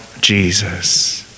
Jesus